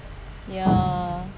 ya